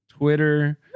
Twitter